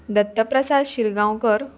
Dutt Prasad Shirgaonkar